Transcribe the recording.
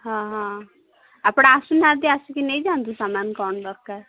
ହଁ ହଁ ହଁ ଆପଣ ଆସୁନାହାଁନ୍ତି ଆସିକି ନେଇଯାଆନ୍ତୁ ସାମାନ କ'ଣ ଦରକାର